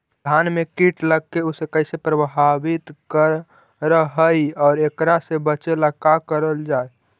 धान में कीट लगके उसे कैसे प्रभावित कर हई और एकरा से बचेला का करल जाए?